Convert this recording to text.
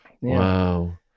Wow